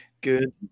Good